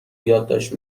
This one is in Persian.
یادداشت